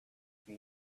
you